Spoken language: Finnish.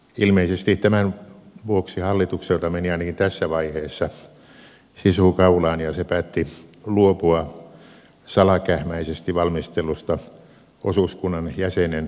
ilmeisesti tämän vuoksi hallitukselta meni ainakin tässä vaiheessa sisu kaulaan ja se päätti luopua salakähmäisesti valmistellusta osuuskunnan jäsenen veronkiristyksestä